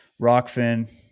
Rockfin